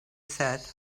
said